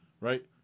right